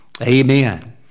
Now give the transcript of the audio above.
Amen